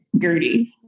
Gertie